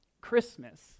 christmas